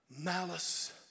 malice